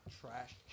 Trash